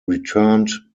returned